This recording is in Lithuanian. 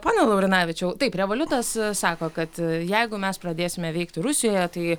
pone laurinavičiau taip revoliutas sako kad jeigu mes pradėsime veikti rusijoje tai